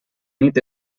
nit